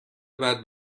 بعد